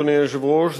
אדוני היושב-ראש,